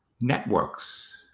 networks